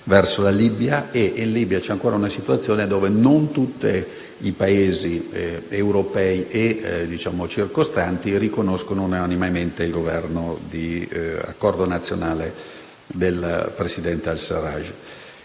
In Libia c'è ancora una situazione dove non tutti i Paesi europei e circostanti riconoscono unanimemente il Governo di accordo nazionale del presidente al-Sarraj.